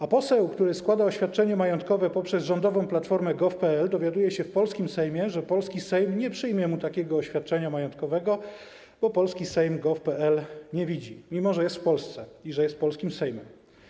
A poseł, który składa oświadczenie majątkowe poprzez rządową platformę gov.pl, dowiaduje się w polskim Sejmie, że polski Sejm nie przyjmie mu takiego oświadczenia majątkowego, bo polski Sejm gov.pl nie widzi, mimo że jest w Polsce i że jest polskim Sejmem.